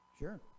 Sure